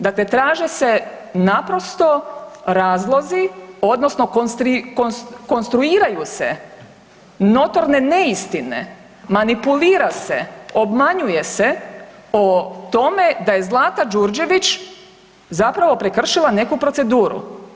Dakle, traže se naprosto razlozi, odnosno konstruiraju se notorne neistine, manipulira se, obmanjuje se o tome da je Zlata Đurđević zapravo prekršila neku proceduru.